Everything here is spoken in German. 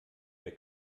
der